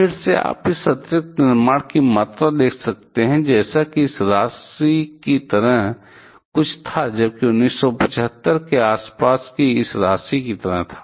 फिर से आप इस अतिरिक्त निर्माण की मात्रा देख सकते हैं जैसे कि यह इस राशि की तरह कुछ था जबकि 1975 के आसपास यह इस राशि की तरह था